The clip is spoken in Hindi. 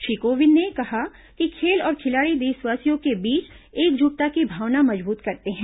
श्री कोविंद ने कहा कि खेल और खिलाड़ी देशवासियों के बीच एकजुटता की भावना मजबूत करते हैं